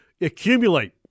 accumulate